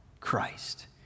Christ